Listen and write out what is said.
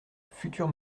future